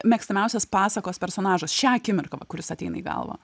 mėgstamiausias pasakos personažas šią akimirkąva kuris ateina į galvą